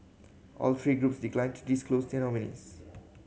all three groups declined to disclose their nominees